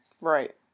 right